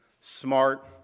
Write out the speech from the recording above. smart